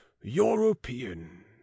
European